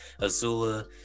Azula